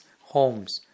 homes